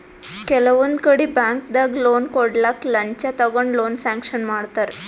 ಕೆಲವೊಂದ್ ಕಡಿ ಬ್ಯಾಂಕ್ದಾಗ್ ಲೋನ್ ಕೊಡ್ಲಕ್ಕ್ ಲಂಚ ತಗೊಂಡ್ ಲೋನ್ ಸ್ಯಾಂಕ್ಷನ್ ಮಾಡ್ತರ್